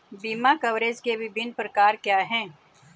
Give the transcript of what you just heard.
बीमा कवरेज के विभिन्न प्रकार क्या हैं?